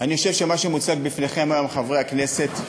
אני חושב שמה שמוצג בפניכם היום, חברי הכנסת,